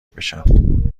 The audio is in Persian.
بشم